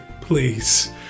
please